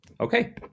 Okay